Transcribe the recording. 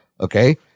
Okay